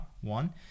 one